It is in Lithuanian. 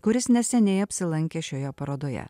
kuris neseniai apsilankė šioje parodoje